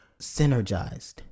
synergized